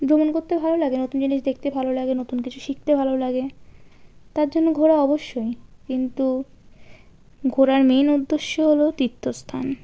ভ্রমণ করতে ভালো লাগে নতুন জিনিস দেখতে ভালো লাগে নতুন কিছু শিখতে ভালো লাগে তার জন্য ঘোরা অবশ্যই কিন্তু ঘোরার মেন উদ্দেশ্য হলো তীর্থস্থান